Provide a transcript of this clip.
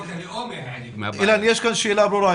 אילן, יש כאן שאלה ברורה.